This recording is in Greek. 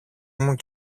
μου